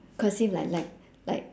cursive like like like